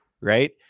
Right